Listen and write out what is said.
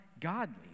godly